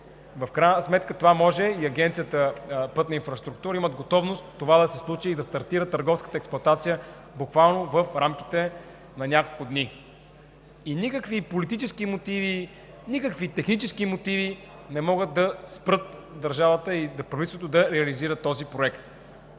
в крайна сметка и Агенция „Пътна инфраструктура“ имат готовност това да се случи и да стартира търговската експлоатация буквално в рамките на няколко дни, и никакви политически мотиви, никакви технически мотиви не могат да спрат държавата и правителството да реализират този проект.